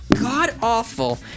god-awful